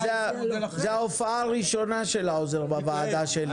זו ההופעה הראשונה של האוזר בוועדה שלי,